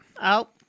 out